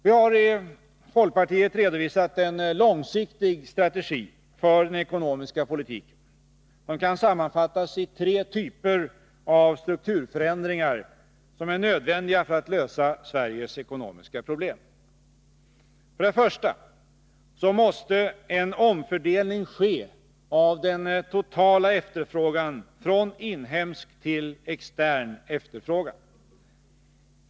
Vi i folkpartiet har redovisat en långsiktig strategi för den ekonomiska politiken, som kan sammanfattas i tre typer av strukturförändringar vilka är nödvändiga för att lösa Sveriges ekonomiska problem. För det första måste en omfördelning ske av den totala efterfrågan från inhemsk till extern efterfrågan.